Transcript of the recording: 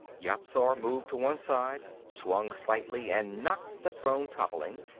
yat-zar moved to one side, swung slightly and knocked the throne toppling,